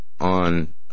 on